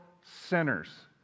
sinners